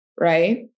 right